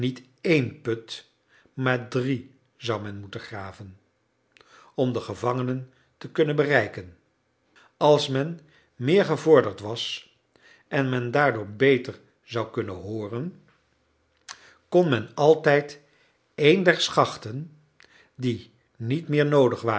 één put maar drie zou men moeten graven om de gevangenen te kunnen bereiken als men meer gevorderd was en men daardoor beter zou kunnen hooren kon men altijd een der schachten die niet meer noodig waren